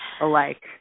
alike